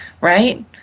right